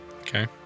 Okay